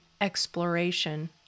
exploration